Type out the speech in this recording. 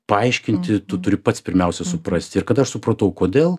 paaiškinti tu turi pats pirmiausia suprasti ir kada aš supratau kodėl